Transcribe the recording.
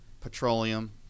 petroleum